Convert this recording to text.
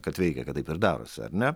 kad veikia kad taip ir darosi ar ne